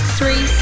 Three